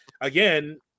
again